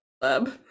lab